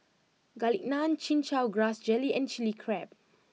Garlic Naan Chin Chow Grass Jelly and Chili Crab